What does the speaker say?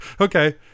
okay